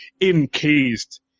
encased